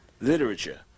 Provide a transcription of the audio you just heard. literature